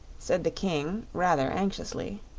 said the king, rather anxiously.